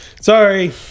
sorry